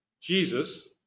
jesus